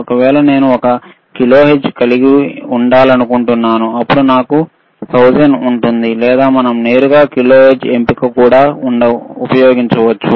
ఒకవేళ నేను ఒక కిలోహెర్ట్జ్ కలిగి ఉండాలనుకుంటున్నాను అప్పుడు నాకు 1000 ఉంటుంది లేదా మనం నేరుగా కిలోహెర్ట్జ్ ఎంపిక కూడా ఉపయోగించవచ్చు